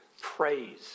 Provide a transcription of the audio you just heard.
praise